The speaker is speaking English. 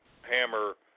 Hammer